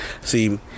See